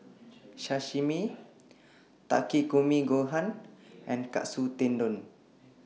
Sashimi Takikomi Gohan and Katsu Tendon